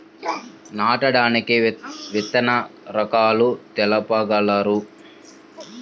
నాటడానికి విత్తన రకాలు తెలుపగలరు?